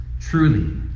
Truly